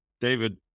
David